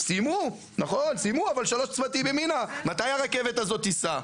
סיימו אבל שלושה צמתים ימינה מתי הרכבת הזאת תיסע?